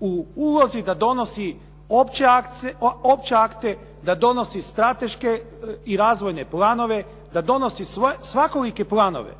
u ulozi da donosi opće akte, da donosi strateške i razvojne planove, da donosi svekolike planove,